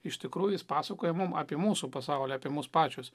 iš tikrųjų jis pasakoja mum apie mūsų pasaulį apie mus pačius